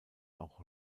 auch